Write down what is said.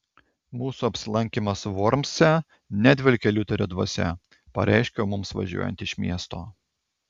mūsų apsilankymas vormse nedvelkia liuterio dvasia pareiškiau mums važiuojant iš miesto